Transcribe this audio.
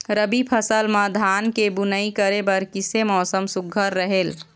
रबी फसल म धान के बुनई करे बर किसे मौसम सुघ्घर रहेल?